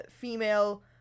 female